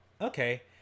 okay